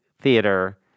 theater